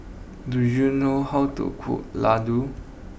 do you know how to cook Ladoo